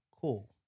cool